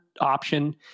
option